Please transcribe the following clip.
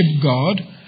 God